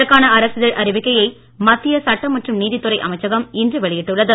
இதற்கான அரசிதழ் அறிவிக்கையை மத்திய சட்ட மற்றும் நீதித்துறை அமைச்சகம் இன்று வெளியிட்டுள்ளது